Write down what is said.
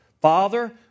Father